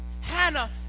Hannah